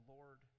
Lord